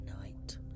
night